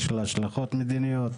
יש לה השלכות מדיניות.